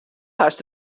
hast